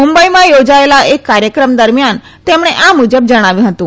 મુંબઈમાં યોજાયેલા એક કાર્યક્રમ દરમિયાન તેમણે આ મુજબ જણાવ્યું હતું